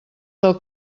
del